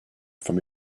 from